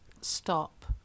Stop